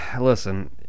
listen